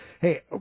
Hey